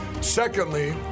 Secondly